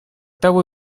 того